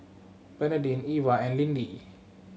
Bernardine Iva and Lindy